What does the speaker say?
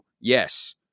Yes